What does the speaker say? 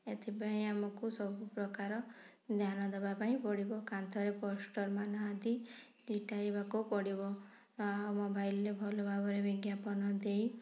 ଏଥିପାଇଁ ଆମକୁ ସବୁ ପ୍ରକାର ଧ୍ୟାନ ଦବା ପାଇଁ ପଡ଼ିବ କାନ୍ଥରେ ପୋଷ୍ଟର୍ ନାହାଁନ୍ତି ବାକୁ ପଡ଼ିବ ଆଉ ମୋବାଇଲ୍ରେ ଭଲ ଭାବରେ ବିଜ୍ଞାପନ ଦେଇ